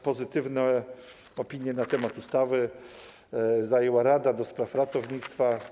Pozytywne opinie na temat ustawy zajęła rada do spraw ratownictwa.